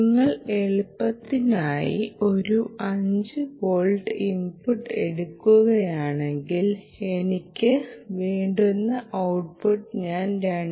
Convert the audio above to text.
നിങ്ങൾ എളുപ്പത്തിനായി ഒരു 5 വോൾട്ട് ഇൻപുട്ട് എടുക്കുകയാണെങ്കിൽ എനിക്ക് വേണ്ടുന്ന ഔട്ട്പുട്ട് ഞാൻ 2